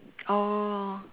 oh